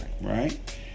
Right